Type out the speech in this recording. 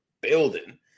building